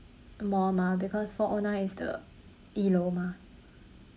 more mah because four O nine is the 一楼 mah